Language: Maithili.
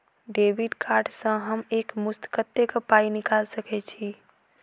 डेबिट कार्ड सँ हम एक मुस्त कत्तेक पाई निकाल सकय छी?